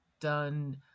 done